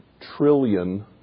trillion